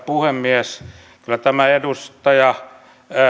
puhemies kyllä tämä edustaja